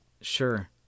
sure